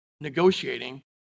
negotiating